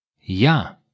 Ja